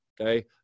okay